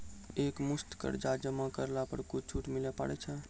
एक मुस्त कर्जा जमा करला पर कुछ छुट मिले पारे छै?